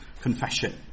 confession